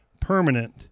permanent